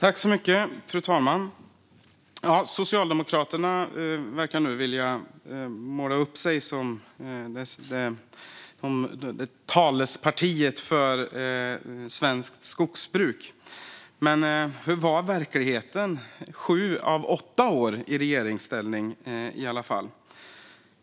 Fru talman! Socialdemokraterna verkar nu vilja måla upp sig som talespartiet för svenskt skogsbruk. Men hur var verkligheten när de var i regeringsställning?